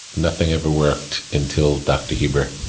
nothing ever worked, until dr. heber.